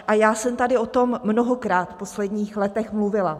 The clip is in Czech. A já jsem tady o tom mnohokrát v posledních letech mluvila.